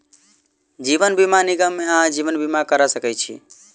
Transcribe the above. जीवन बीमा निगम मे अहाँ जीवन बीमा करा सकै छी